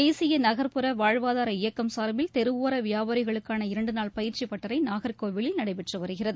தேசிய நகர்புற வாழ்வாதார இயக்கம் சார்பில் தெருவோர வியாபாரிகளுக்கான இரண்டு நாள் பயிற்சி பட்டறை நாகர்கோவிலில் நடைபெற்று வருகிறது